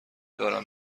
دارم